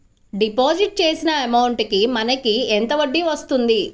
Deposit చేసిన amount కి మనకి ఎంత వడ్డీ వస్తుంది?